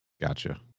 gotcha